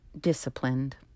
disciplined